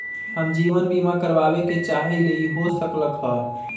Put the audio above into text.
हम जीवन बीमा कारवाबे के चाहईले, हो सकलक ह?